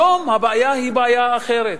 היום הבעיה היא בעיה אחרת.